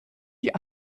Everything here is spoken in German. die